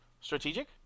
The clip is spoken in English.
Strategic